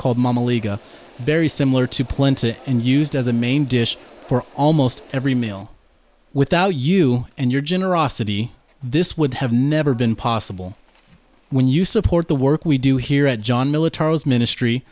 called very similar to plenty and used as a main dish for almost every meal without you and your generosity this would have never been possible when you support the work we do here at john military ministry